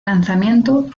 lanzamiento